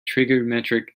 trigonometric